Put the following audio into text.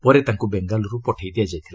ପରେ ତାଙ୍କୁ ବେଙ୍ଗାଲ୍ତର୍ ପଠାଇ ଦିଆଯାଇଥିଲା